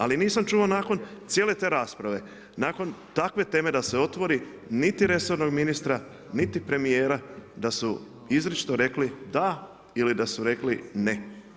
Ali, nisam čuo nakon cijele te rasprave, nakon takve teme da se otvori, niti resornog ministra, niti premjera da su izričito rekli, da ili da su rekli ne.